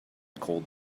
cold